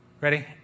Ready